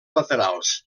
laterals